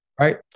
Right